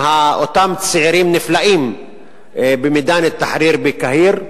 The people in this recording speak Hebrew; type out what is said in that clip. אותם צעירים נפלאים במידאן א-תחריר בקהיר,